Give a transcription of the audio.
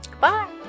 Bye